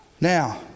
Now